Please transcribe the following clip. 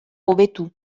hobetu